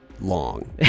long